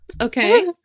okay